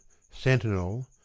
Sentinel